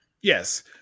Yes